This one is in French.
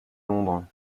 londres